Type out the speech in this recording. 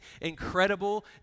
incredible